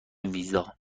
ویزا